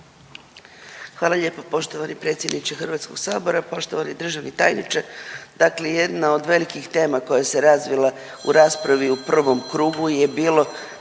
Hvala lijepo poštovani predsjedniče Hrvatskog sabora. Poštovani državni tajniče, dakle jedna od velikih tema koja se razvila u raspravi u prvom krugu je bilo